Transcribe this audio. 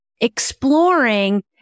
exploring